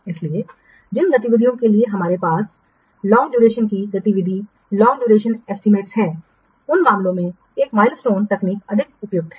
इसलिए जिन गतिविधियों के लिए हमारे पास लोंग ड्यूरेशन की गतिविधि लोंग ड्यूरेशन एस्टीमेट हैं उन मामलों में एक माइलस्टोन तकनीक अधिक उपयुक्त है